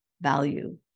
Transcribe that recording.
value